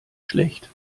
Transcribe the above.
schlecht